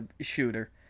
shooter